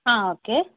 ആ ഓക്കെ